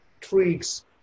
tricks